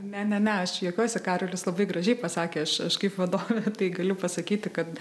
ne ne ne aš jokiuosi karolis labai gražiai pasakė aš aš kaip vadovė tai galiu pasakyti kad